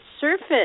surface